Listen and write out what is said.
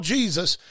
Jesus